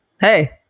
Hey